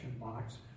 box